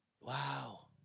Wow